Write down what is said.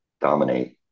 dominate